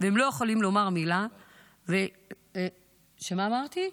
והם לא יכולים לומר מילה ------ מה אמרתי?